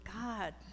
god